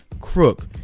crook